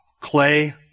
clay